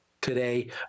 today